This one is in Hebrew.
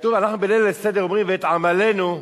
אנחנו בליל הסדר אומרים: "ואת עמלנו,